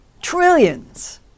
trillions